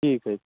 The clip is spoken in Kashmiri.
ٹھیٖک حظ چھِ